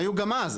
היו גם אז.